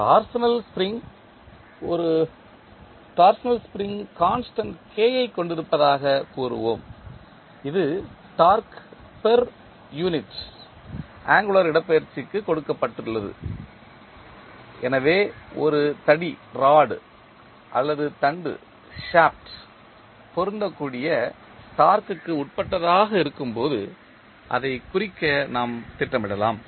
torsional spring ஒரு torsional spring constant K ஐக் கொண்டிருப்பதாகக் கூறுவோம் இது டார்க்கு யூனிட் ஆங்குளர் இடப்பெயர்ச்சிக்கு கொடுக்கப்பட்டுள்ளது எனவே ஒரு தடி அல்லது தண்டு பொருந்தக்கூடிய டார்க்கு க்கு உட்பட்டதாக இருக்கும்போது அதைக் குறிக்க நாம் திட்டமிடலாம்